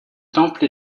temple